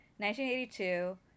1982